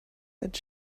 but